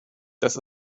dass